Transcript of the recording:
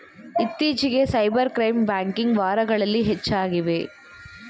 ಇತ್ತೀಚಿಗೆ cyber crime banking ವಾರಗಳಲ್ಲಿ ಹೆಚ್ಚಾಗಿದೆ